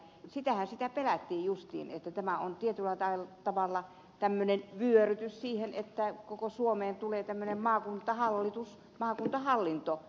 sitähän sitä pelättiin justiin että tämä on tietyllä tavalla vyörytys siihen että koko suomeen tulee maakuntahallitus maakuntahallinto